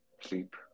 sleep